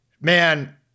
man